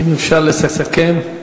אם אפשר, לסכם.